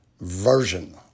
Version